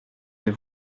vais